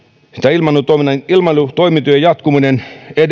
ilmailutoimintojen ilmailutoimintojen jatkuminen